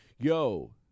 Yo